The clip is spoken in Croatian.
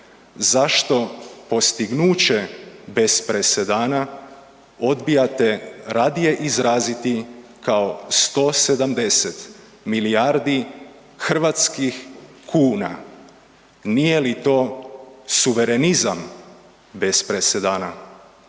zašto postignuće bez presedana odbijate radije izraziti kao 170 milijardi hrvatskih kuna, nije li to suverenizam bez presedana?